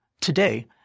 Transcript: Today